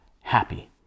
happy